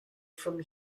from